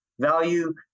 value